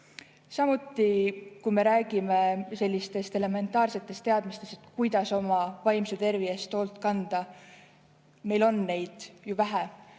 Samuti, kui me räägime sellistest elementaarsetest teadmistest, kuidas oma vaimse tervise eest hoolt kanda, siis neid on meil ju vähe.